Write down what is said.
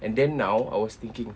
and then now I was thinking